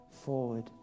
forward